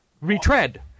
Retread